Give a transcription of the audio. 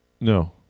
No